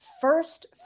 first